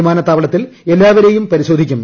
വിമാനത്താവളത്തിൽ എല്ലാവരെയും പരിശോധിക്കും